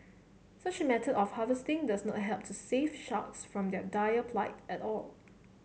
such a method of harvesting does not help to save sharks from their dire plight at all